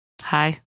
Hi